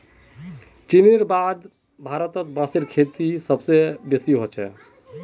चीनेर बाद भारतत बांसेर खेती सबस बेसी ह छेक